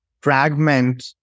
fragment